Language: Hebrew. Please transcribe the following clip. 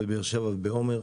בבאר שבע ובעומר,